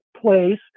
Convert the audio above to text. place